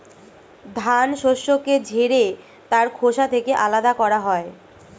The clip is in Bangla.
ধান শস্যকে ঝেড়ে তার খোসা থেকে আলাদা করা হয়